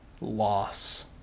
loss